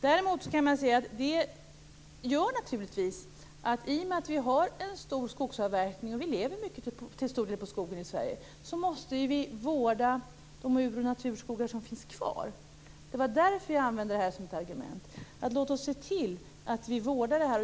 Däremot kan man väl säga att i och med att vi har en stor skogsavverkning och till stor del lever på skogen i Sverige måste vi vårda de ur och naturskogar som finns kvar. Det var därför jag sade att vi bör se till att de vårdas.